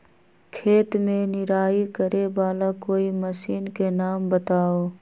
खेत मे निराई करे वाला कोई मशीन के नाम बताऊ?